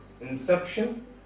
inception